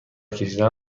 کشیدن